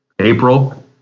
April